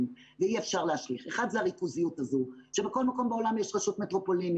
ואי אפשר להשליך: אחד זה הריכוזיות הזו שבכל מקום בעולם יש רשות מטרופולונית